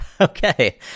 okay